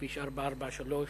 כביש 443,